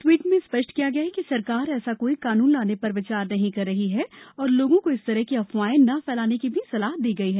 tweet में स्थष्ट किया गया है कि सरकार ऐसा कोई कानून लाने र विचार नहीं कर रही है और लोगों को इस तरह की अफवाहें न फैलाने की सलाह दी गई है